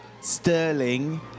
Sterling